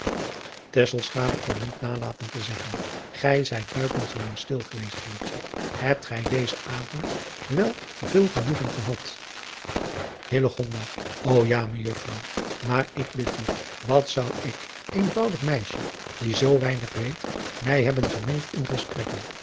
kon niet nalaten te zeggen ij zijt buitengewoon stil geweest ebt gij dezen avond wel veel genoegen gehad ô a mejuffrouw maar ik bid u wat zou ik eenvoudig meisje die zoo weinig weet mij hebben gemengd in gesprekken